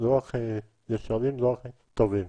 שלא הכי ישרים, לא הכי טובים.